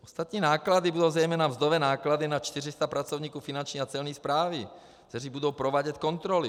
Ostatní náklady budou zejména mzdové náklady na 400 pracovníků Finanční a Celní správy, kteří budou provádět kontroly.